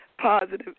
positive